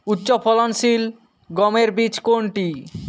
উচ্চফলনশীল গমের বীজ কোনটি?